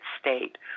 state